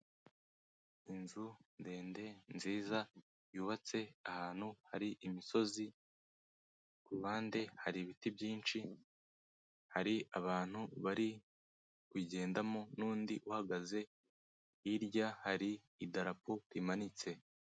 Inzu ndende nziza yubatse ahantu hari imisozi, ku ruhande hari ibiti byinshi, hari abantu bari kuyigendamo n'undi uhagaze, hirya hari idarapo rimanitse.